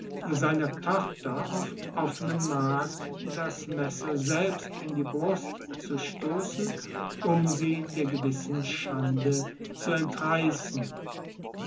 seiner tochter auf offenem markt das messer selber in die brust zu stossen um sie der gewissen schande zu entreissen